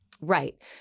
Right